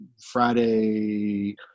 Friday